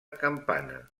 campana